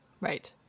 Right